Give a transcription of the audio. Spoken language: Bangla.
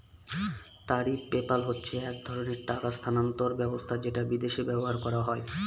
ট্যারিফ পেপ্যাল হচ্ছে এক ধরনের টাকা স্থানান্তর ব্যবস্থা যেটা বিদেশে ব্যবহার করা হয়